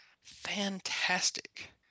Fantastic